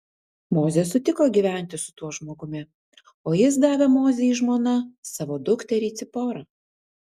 mozė sutiko gyventi su tuo žmogumi o jis davė mozei žmona savo dukterį ciporą